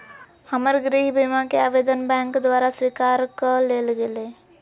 हमर गृह बीमा कें आवेदन बैंक द्वारा स्वीकार कऽ लेल गेलय